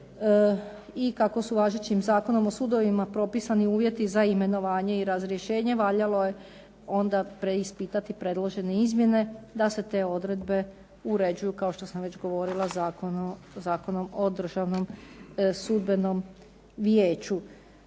I kako su važećim zakonom o sudovima propisani uvjeti za imenovanje i razrješenje valjalo je onda preispitati predložene izmjene, da se te odredbe uređuju kao što sam već govorila Zakonom o Državnom sudbenom vijeću.